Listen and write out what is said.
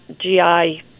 GI